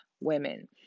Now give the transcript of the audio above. women